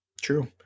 True